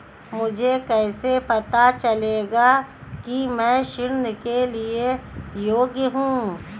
मुझे कैसे पता चलेगा कि मैं ऋण के लिए योग्य हूँ?